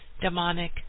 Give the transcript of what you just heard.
demonic